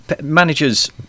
managers